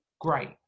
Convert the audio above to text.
great